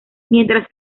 mientras